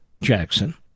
jackson